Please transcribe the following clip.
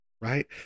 right